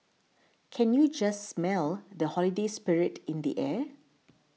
can you just smell the holiday spirit in the air